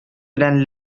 белән